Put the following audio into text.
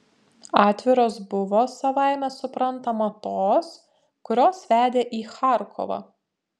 atviros buvo savaime suprantama tos kurios vedė į charkovą